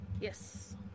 Yes